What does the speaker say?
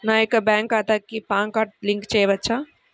నా యొక్క బ్యాంక్ ఖాతాకి పాన్ కార్డ్ లింక్ చేయవచ్చా?